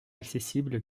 accessible